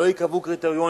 לא ייקבעו קריטריונים,